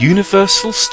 Universal